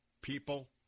people